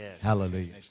Hallelujah